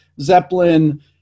Zeppelin